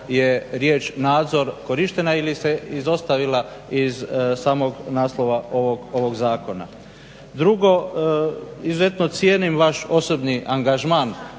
je riječ nadzor korištena ili se izostavila iz samog naslova ovoga zakona. Drugo, izuzetno cijenim vaš osobni angažman